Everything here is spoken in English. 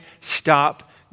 stop